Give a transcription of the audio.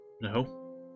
No